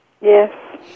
Yes